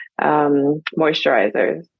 moisturizers